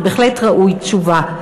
זה בהחלט ראוי לתשובה.